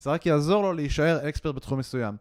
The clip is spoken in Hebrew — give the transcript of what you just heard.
זה רק יעזור לו להישאר אקספרט בתחום מסוים